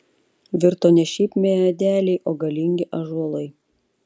virto ne šiaip medeliai o galingi ąžuolai